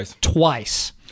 Twice